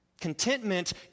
Contentment